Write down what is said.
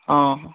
ହଁ ହଁ